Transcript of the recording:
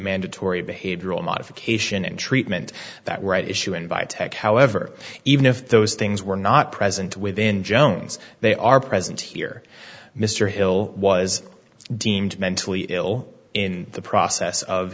mandatory behavioral modification and treatment that right issue and by tech however even if those things were not present within jones they are present here mr hill was deemed mentally ill in the process of